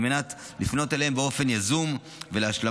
על מנת לפנות אליהן באופן יזום להשלמות